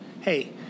Hey